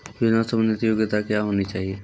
योजना संबंधित योग्यता क्या होनी चाहिए?